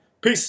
Peace